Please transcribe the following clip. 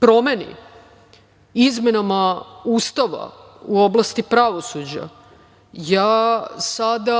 promeni izmenama Ustava u oblasti pravosuđa ja sada